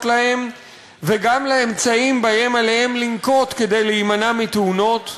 להם וגם לאמצעים שעליהם לנקוט כדי להימנע מתאונות,